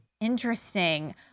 Interesting